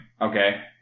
Okay